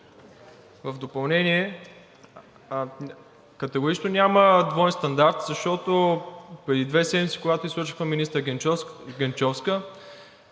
В допълнение, категорично няма двоен стандарт, защото преди две седмици, когато изслушахме министър Генчовска,